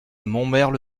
montmerle